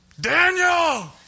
Daniel